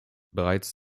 bereits